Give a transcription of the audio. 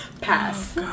Pass